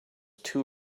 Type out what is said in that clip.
too